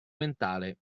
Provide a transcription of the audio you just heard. mentale